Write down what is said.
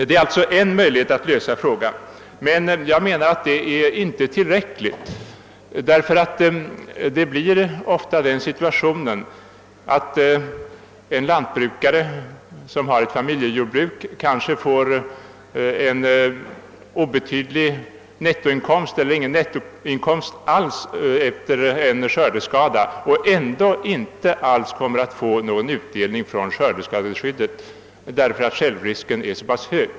Detta är en möjlighet att lösa frågan, men jag anser att det inte är tillräckligt, ty ofta uppkommer den situationen, att en lantbrukare som har ett familjejordbruk kanske får en obetydlig nettoinkomst eller ingen nettoinkomst alls efter en skördeskada och ändå inte får någon som helst utdelning från skördeskadeskyddet där för att självrisken är så pass hög.